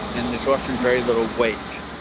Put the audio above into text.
and there's often very little wage.